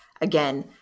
again